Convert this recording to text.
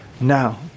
Now